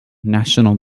national